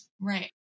Right